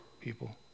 people